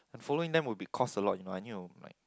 I am following them will be cost a lot I knew like